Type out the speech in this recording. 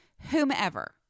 whomever